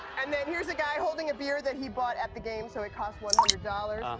and then here's a guy holding a beer that he bought at the game, so it cost one hundred dollars. ah